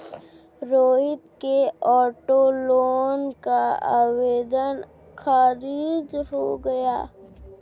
रोहित के auto loan का आवेदन खारिज हो गया